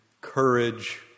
courage